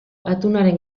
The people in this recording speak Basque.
atunaren